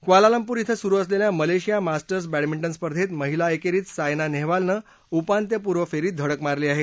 Kuala Lumpur िड सुरू असलेल्या मलेशिया मास्रिं बॅडमिंजे स्पर्धेत महिला एकेरीत सायना नेहवालनं उपांत्यपूर्व फेरीत धडक मारली आहे